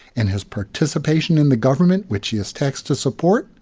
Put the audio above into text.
and his participation in the government which he is taxed to support,